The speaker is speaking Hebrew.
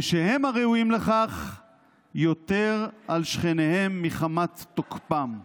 ושהם הראויים לכך יותר על שכניהם מחמת תוקפם".